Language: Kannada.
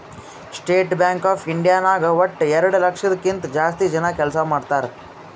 ಸ್ಟೇಟ್ ಬ್ಯಾಂಕ್ ಆಫ್ ಇಂಡಿಯಾ ನಾಗ್ ವಟ್ಟ ಎರಡು ಲಕ್ಷದ್ ಕಿಂತಾ ಜಾಸ್ತಿ ಜನ ಕೆಲ್ಸಾ ಮಾಡ್ತಾರ್